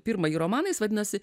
pirmąjį romaną jis vadinasi